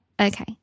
okay